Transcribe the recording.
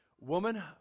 Woman